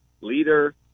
leader